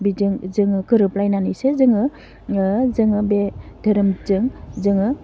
बिजों जोङो गोरोबलायनानैसो जोङो ओह जोङो बे धोरोमजों जोङो